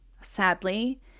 Sadly